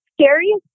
scariest